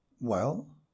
Well